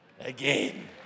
again